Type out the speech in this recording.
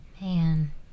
man